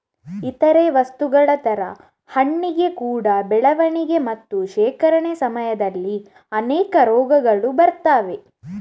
ಇತರೇ ವಸ್ತುಗಳ ತರ ಹಣ್ಣಿಗೆ ಕೂಡಾ ಬೆಳವಣಿಗೆ ಮತ್ತೆ ಶೇಖರಣೆ ಸಮಯದಲ್ಲಿ ಅನೇಕ ರೋಗಗಳು ಬರ್ತವೆ